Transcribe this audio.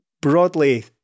broadly